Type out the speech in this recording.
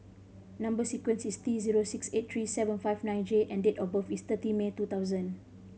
number sequence is T zero six eight three seven five nine J and date of birth is thirty May two thousand